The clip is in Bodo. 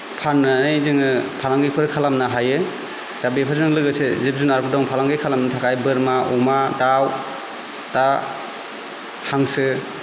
फाननानै जोङो फालांगिफोर खालामनो हायो दा बेफोरजों लोगोसे जिब जुनारबो दं फालांगि खालामनो थाखाय बोरमा अमा दाउ दा हांसो